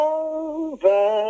over